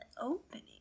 opening